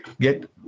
Get